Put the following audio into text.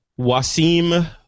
Wasim